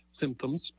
symptoms